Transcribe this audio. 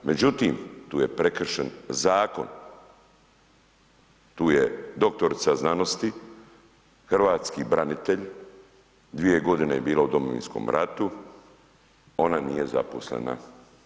Međutim, tu je prekršen zakon, tu je doktorica znanosti, hrvatski branitelj, 2 g. je bila u Domovinskom ratu, ona nije zaposlena.